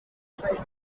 free